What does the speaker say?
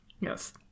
Yes